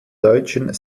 deutschen